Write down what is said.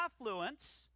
affluence